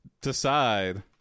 decide